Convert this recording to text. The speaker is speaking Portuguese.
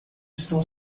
estão